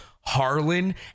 Harlan